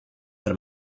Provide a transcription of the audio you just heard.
per